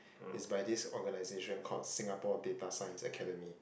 it's by this organisation called Singapore-data-science-Academy